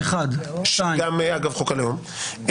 אגב, גם חוק הלאום.